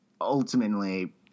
ultimately